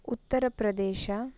Uttar Pradesh